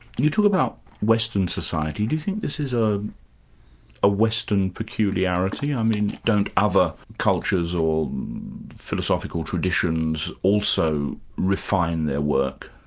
you talk about western society do you think this is a ah western peculiarity, i mean, don't other cultures or philosophical traditions also refine their work?